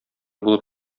булып